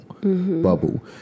bubble